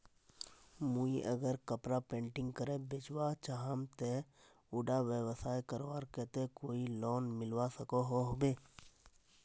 मुई अगर कपड़ा पेंटिंग करे बेचवा चाहम ते उडा व्यवसाय करवार केते कोई लोन मिलवा सकोहो होबे?